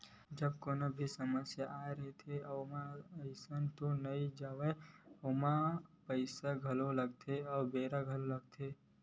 जब कोनो भी समस्या ह आय रहिथे ओहा अइसने तो नइ जावय अइसन म ओमा पइसा घलो लगथे अउ बेरा घलोक लगथे